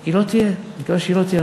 היא לא תהיה, כיוון שהיא לא תהיה.